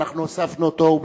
אנחנו הוספנו אותו,